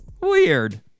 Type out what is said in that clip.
Weird